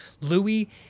Louis